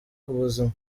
ubuzima